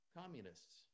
communists